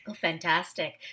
Fantastic